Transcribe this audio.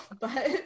but-